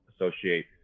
associate